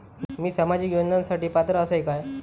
मी सामाजिक योजनांसाठी पात्र असय काय?